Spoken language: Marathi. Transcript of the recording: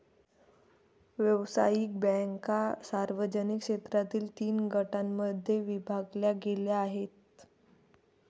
व्यावसायिक बँका सार्वजनिक क्षेत्रातील तीन गटांमध्ये विभागल्या गेल्या आहेत